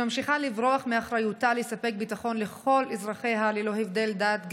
שממשיכה לברוח מאחריותה לספק ביטחון לכל אזרחיה ללא הבדלי דת,